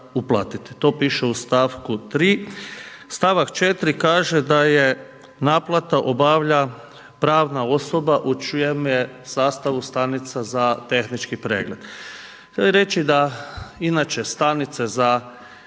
To piše u stavku 3. Stavak 4 kaže da naplatu obavlja pravna osoba u čijem je sastavu stanica za tehnički pregled. Treba reći da inače stanice za tehnički pregled